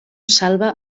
salva